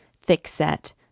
thick-set